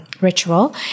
ritual